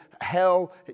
hell